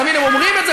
תמיד הם אומרים את זה,